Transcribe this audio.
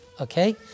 okay